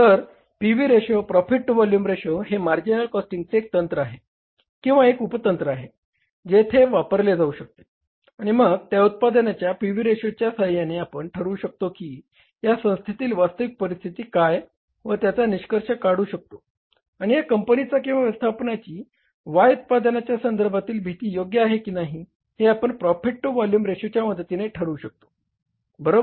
तर P V ratio profit to volume ratio हे marginal कॉस्टिंगचे एक तंत्र आहे किंवा एक उप तंत्र जे येथे वापरले जाऊ शकते आणि मग या उत्पादनाच्या पी व्ही रेशोच्या साह्याने आपण ठरवू शकतो की या संस्थेतील वास्तविक परिस्थिती काय व त्याचा निष्कर्ष काढू शकतो आणि या कंपनीची किंवा व्यवस्थापनाची Y उत्पादनाच्या संदर्भातील भीती योग्य आहे की नाही हे आपण प्रॉफिट टु व्हॉल्यूम रेशोच्या मदतीने ठरवू शकतो बरोबर